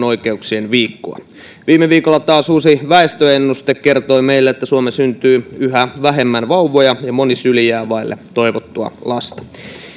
oikeuksien viikkoa viime viikolla taas uusi väestöennuste kertoi meille että suomeen syntyy yhä vähemmän vauvoja ja moni syli jää vaille toivottua lasta